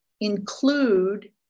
include